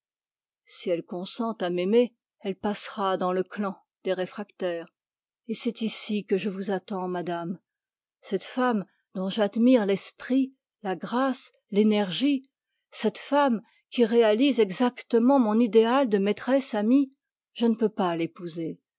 si elle consent à m'aimer elle passera dans le clan des réfractaires et c'est ici que je vous attends madame cette femme qui réalise exactement mon idéal de maîtresse amie je ne peux pas l'épouser